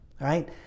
right